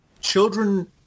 Children